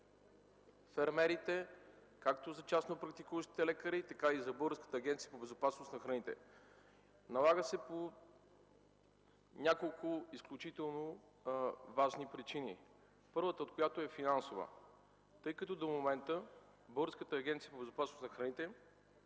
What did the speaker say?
фермерите, както за частно практикуващите лекари, така и за Българската агенция по безопасност на храните. Налага се по няколко много важни причини. Първата е финансова. Текущата издръжка на Българската агенция по безопасност на храните